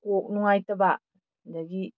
ꯀꯣꯛ ꯅꯨꯡꯉꯥꯏꯇꯕ ꯑꯗꯒꯤ